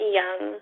young